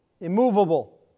immovable